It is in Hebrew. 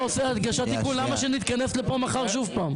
עושה הדגשת תיקון למה שנתכנס לפה מחר שוב פעם?